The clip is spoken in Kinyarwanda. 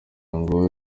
ngo